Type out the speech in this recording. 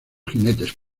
jinetes